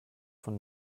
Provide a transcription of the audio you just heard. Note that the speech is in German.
von